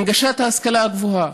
הנגשת ההשכלה הגבוהה,